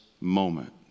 moment